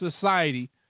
Society